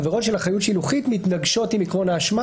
עבירות של אחריות שילוחית מתנגשות עם עיקרון האשמה